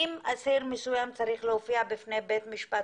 אם אסיר מסוים צריך להופיע בפני בית משפט